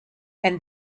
and